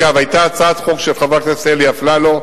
אגב, היתה הצעת חוק של חבר הכנסת אלי אפללו,